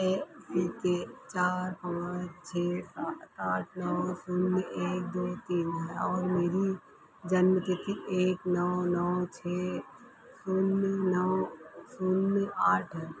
ए C K चार पाँच छः आ आठ नौ शून्य एक दो तीन है और मेरी जन्मतिथि एक नौ नौ छः शून्य नौ शून्य आठ है